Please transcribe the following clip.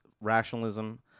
rationalism